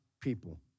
people